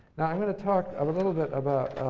now, i'm going to talk a little bit about